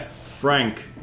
frank